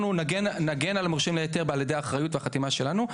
אנחנו נגן על המורשים להיתר על ידי האחריות והחתימה שלנו.